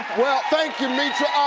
well thank you metra.